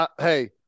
hey